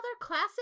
classic